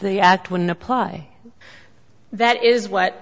the act wouldn't apply that is what